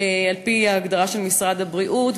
על-פי ההגדרה של משרד הבריאות,